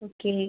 okay